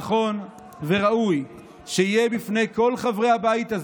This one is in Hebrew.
נכון וראוי שיהיה בפני כל חברי הבית הזה,